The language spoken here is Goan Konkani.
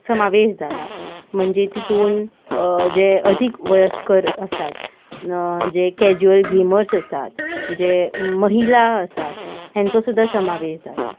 समावेश जाला म्हणजे तितून जे अधिक वयस्कर आसात जे कॅज्युअल गेमर्स आसात जे महिला आसात हेंचो सुद्दां समावेश जाला